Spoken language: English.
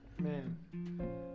Man